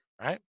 right